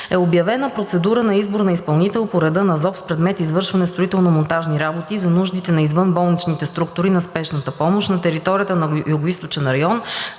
е обявена процедура за избор на изпълнител по реда на ЗОП с предмет: „Извършване на строително-монтажни работи за нуждите на извънболничните структури на спешната помощ на територията на Югоизточен район“,